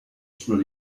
sulla